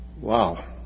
Wow